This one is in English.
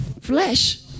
Flesh